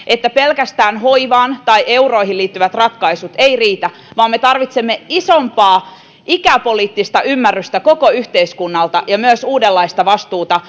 että pelkästään hoivaan tai euroihin liittyvät ratkaisut eivät riitä vaan me tarvitsemme isompaa ikäpoliittista ymmärrystä koko yhteiskunnalta ja myös uudenlaista vastuuta